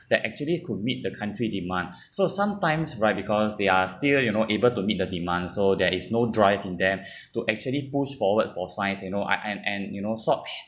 that actually could meet the country demand so sometimes right because they are still you know able to meet the demand so there is no drive in them to actually push forward for science you know and and and you know such